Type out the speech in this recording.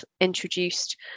introduced